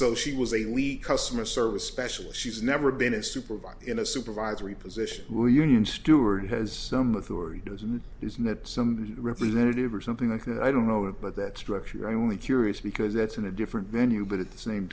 so she was a lead customer service special she's never been a supervisor in a supervisory position where union steward has some authority doesn't isn't that some representative or something like that i don't know it but that structure only curious because that's in a different venue but at the same